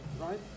right